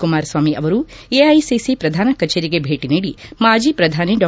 Kumaraswamy AICC ಪ್ರಧಾನ ಕಚೇರಿಗೆ ಭೇಟಿ ನೀಡಿ ಮಾಜಿ ಪ್ರಧಾನಿ ಡಾ